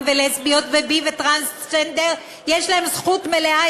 ולסביות ובי וטרנסג'נדר יש להם זכות מלאה,